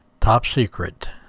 top-secret